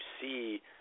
see –